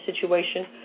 situation